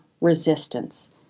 resistance